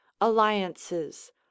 alliances